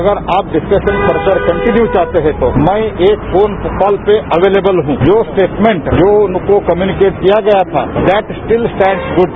अगर आप discussion further continue चाहते हैं तो मैं एक फोन कॉल पर अवेलेबल हूं जो स्टेटमेंट जो मुझको कम्यूनीकेट किया गया था दैट स्टिल स्टैंड गुड